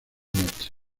noches